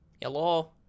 Hello